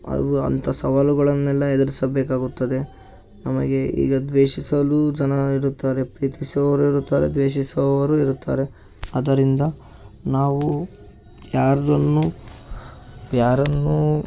ಅವು ಅಂಥ ಸವಾಲುಗಳನ್ನೆಲ್ಲ ಎದುರಿಸಬೇಕಾಗುತ್ತದೆ ನಮಗೆ ಈಗ ದ್ವೇಷಿಸಲು ಜನ ಇರುತ್ತಾರೆ ಪ್ರೀತಿಸುವವರೂ ಇರುತ್ತಾರೆ ದ್ವೇಷಿಸುವವರೂ ಇರುತ್ತಾರೆ ಆದ್ದರಿಂದ ನಾವು ಯಾರದನ್ನೂ ಯಾರನ್ನೂ